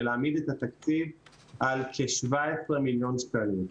ולהעמיד את התקציב על כ- 17,000,000 ₪.